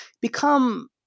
become